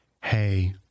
hey